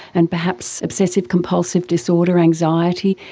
and perhaps obsessive compulsive disorder, anxiety.